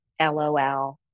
LOL